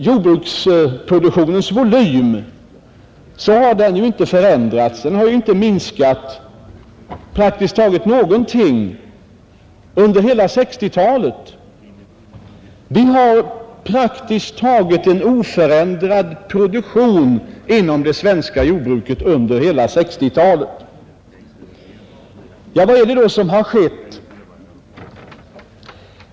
Jordbruksproduktionens volym har praktiskt taget inte minskat alls under hela 1960-talet. Vi har haft en nästan oförändrad produktion inom det svenska jordbruket under den perioden. Vad är det då som har skett?